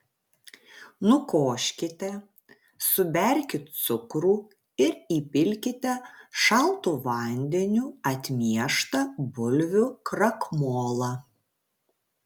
nukoškite suberkit cukrų ir įpilkite šaltu vandeniu atmieštą bulvių krakmolą